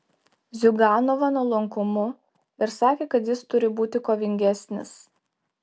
ziuganovą nuolankumu ir sakė kad jis turi būti kovingesnis